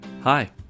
Hi